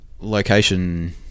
location